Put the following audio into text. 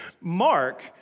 Mark